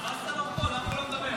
אמרתם כבר הכול, למה נותנים לו לדבר?